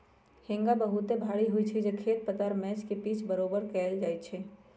हेंगा बहुते भारी होइ छइ जे खेत पथार मैच के पिच बरोबर कएल जाइ छइ